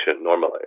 normally